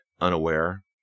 unaware